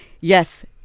yes